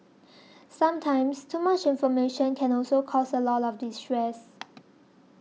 sometimes too much information can also cause a lot of distress